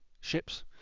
ships